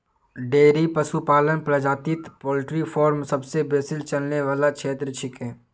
dairy पशुपालन प्रजातित poultry farm सबसे बेसी चलने वाला क्षेत्र छिके